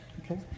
Okay